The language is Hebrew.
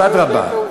אז אדרבה,